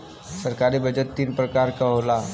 सरकारी बजट तीन परकार के होला